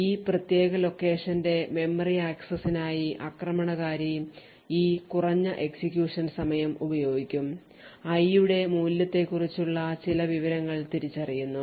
ഈ പ്രത്യേക ലൊക്കേഷന്റെ മെമ്മറി ആക്സസ്സിനായി ആക്രമണകാരി ഈ കുറഞ്ഞ എക്സിക്യൂഷൻ സമയം ഉപയോഗിക്കും i യുടെ മൂല്യത്തെക്കുറിച്ചുള്ള ചില വിവരങ്ങൾ തിരിച്ചറിയുന്നു